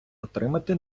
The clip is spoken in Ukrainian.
отримати